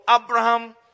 Abraham